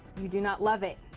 you do not love it.